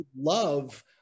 love